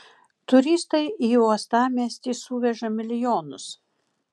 turistai į uostamiestį suveža milijonus